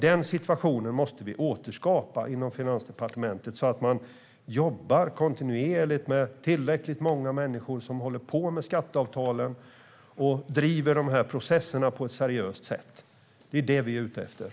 Den situationen måste vi återskapa inom Finansdepartementet, så att man jobbar kontinuerligt med tillräckligt många människor som håller på med skatteavtalen och driver de här processerna på ett seriöst sätt. Det är det vi är ute efter.